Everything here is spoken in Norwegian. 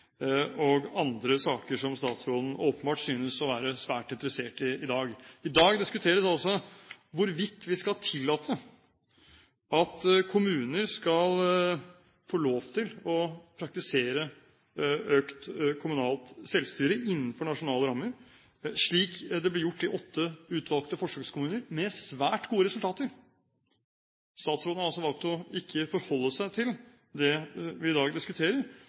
og andre saker som statsråden åpenbart synes å være svært interessert i i dag. I dag diskuteres det også hvorvidt vi skal tillate at kommuner skal få praktisere økt kommunalt selvstyre innenfor nasjonale rammer, slik det ble gjort i åtte utvalgte forsøkskommuner – med svært gode resultater. Statsråden har altså valgt ikke å forholde seg til det vi i dag diskuterer,